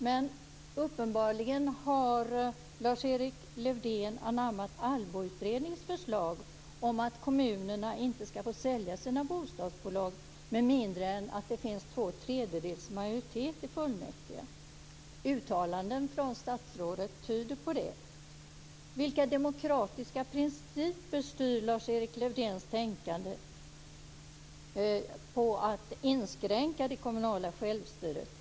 Men uppenbarligen har Lars-Erik Lövdén anammat Allbokommitténs förslag om att kommunerna inte ska få sälja sina bostadsbolag med mindre än att det finns två tredjedels majoritet i fullmäktige. Uttalanden från statsrådet tyder på det. Vilka demokratiska principer styr Lars-Erik Lövdéns tankar om att inskränka det kommunala självstyret?